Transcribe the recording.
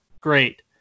great